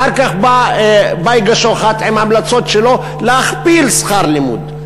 אחר כך בא בייגה שוחט עם ההמלצות שלו להכפיל שכר לימוד,